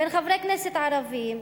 בין חברי כנסת ערבים,